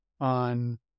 on